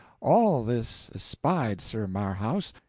all this espied sir marhaus,